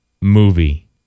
Movie